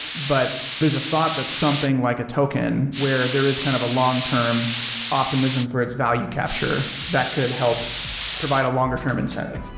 but there's a thought that something like a token where there is kind of a long-term optimism for its value capture that could help provide a longer term incentive.